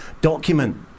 document